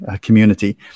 community